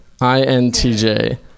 INTJ